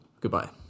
Goodbye